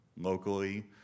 locally